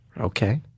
Okay